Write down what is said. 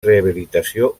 rehabilitació